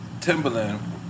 Timberland